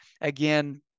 again